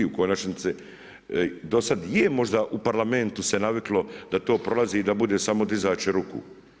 U konačnici do sad je možda u Parlamentu se naviklo da to prolazi i da bude samo dizač ruku.